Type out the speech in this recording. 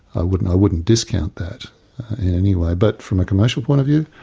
i wouldn't i wouldn't discount that in any way. but from a commercial point of view,